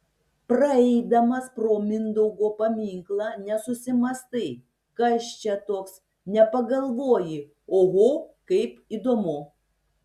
praeidamas pro mindaugo paminklą nesusimąstai kas čia toks nepagalvoji oho kaip įdomu